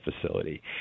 facility